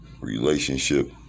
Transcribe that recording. relationship